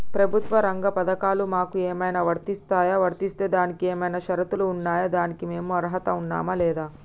ప్రభుత్వ రంగ పథకాలు మాకు ఏమైనా వర్తిస్తాయా? వర్తిస్తే దానికి ఏమైనా షరతులు ఉన్నాయా? దానికి మేము అర్హత ఉన్నామా లేదా?